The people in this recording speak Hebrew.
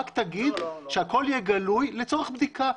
רק להגיד ושהכול יהיה גלוי לצורך בדיקה.